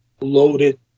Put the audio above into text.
loaded